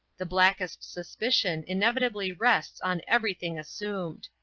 the blackest suspicion inevitably rests on every thing assumed.